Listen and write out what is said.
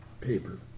paper